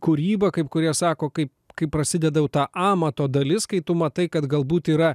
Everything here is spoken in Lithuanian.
kūryba kaip kurie sako kaip kai prasideda jau ta amato dalis kai tu matai kad galbūt yra